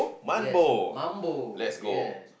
yes Mambo yes